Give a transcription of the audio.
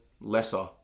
lesser